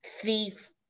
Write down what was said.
thief